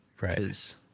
Right